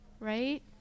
right